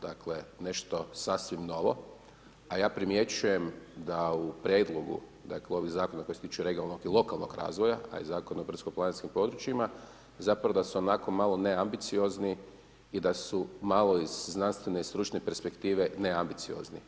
Dakle, nešto sasvim novo, a ja primjećujem da u prijedlogu dakle ovih zakona koji se tiču regionalnog i lokalnog razvoja taj zakon o brdsko-planinskim područjima zapravo da su onako malo neambiciozni i da su malo iz znanstvene i stručne perspektive neambiciozni.